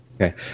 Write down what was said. okay